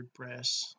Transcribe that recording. wordpress